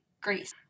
Greece